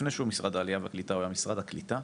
לפני שהוא היה משרד העלייה והקליטה הוא היה משרד הקליטה,